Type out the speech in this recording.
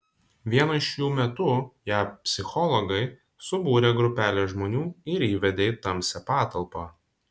vieno iš jų metu jav psichologai subūrė grupelę žmonių ir įvedė į tamsią patalpą